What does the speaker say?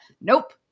Nope